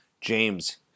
James